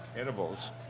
edibles